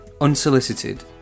unsolicited